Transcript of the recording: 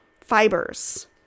fibers